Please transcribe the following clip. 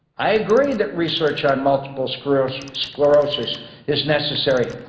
i agree that research on multiple sclerosis sclerosis is necessary,